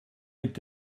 est